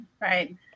right